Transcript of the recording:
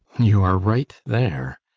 you are right there.